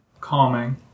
Calming